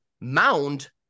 mound